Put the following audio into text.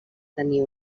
tenir